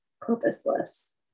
purposeless